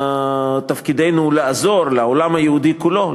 תפקידנו לעזור לעולם היהודי כולו,